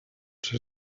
ser